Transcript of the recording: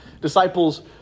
disciples